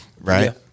Right